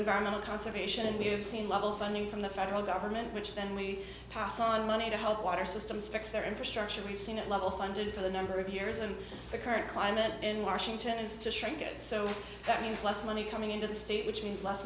environmental conservation and we have seen level funding from the federal government which then we pass on money to help water systems fix their infrastructure we've seen it level funded for the number of years and the current climate in washington is to shrink it so that means less money coming into the state which means less